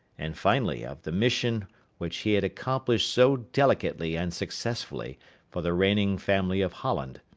and finally of the mission which he had accomplished so delicately and successfully for the reigning family of holland.